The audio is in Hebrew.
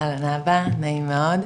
אהלן אבא, נעים מאוד,